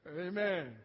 Amen